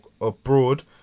abroad